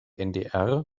ndr